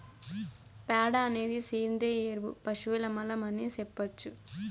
ప్యాడ అనేది సేంద్రియ ఎరువు పశువుల మలం అనే సెప్పొచ్చు